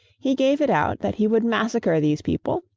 he gave it out that he would massacre these people,